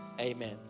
amen